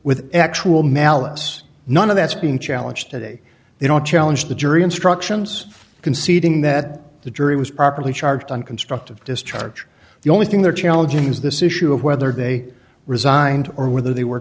with actual malice none of that's being challenged today they don't challenge the jury instructions conceding that the jury was properly charged on constructive discharge the only thing they're challenging is this issue of whether they resigned or whether they were